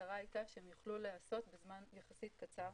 המטרה הייתה שהם יוכלו להיעשות בזמן יחסית קצר.